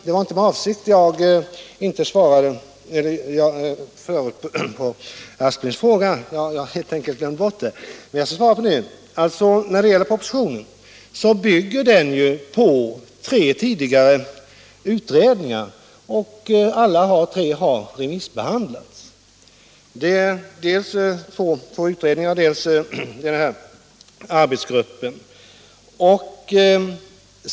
Det var inte med avsikt som jag förut underlät att svara på herr Asplings fråga, som jag helt enkelt hade glömt bort, men jag skall besvara den nu. Propositionen bygger på resultatet från tre tidigare utredningar, redovisade i två betänkanden och en rapport, som alla tre har remissbehandlats.